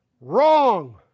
Wrong